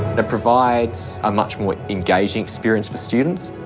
it provides a much more engaging experience for students,